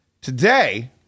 Today